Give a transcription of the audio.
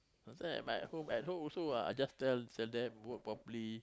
I say but at home at home also what I just tell tell them work properly